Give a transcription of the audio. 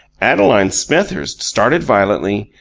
adeline smethurst started violently,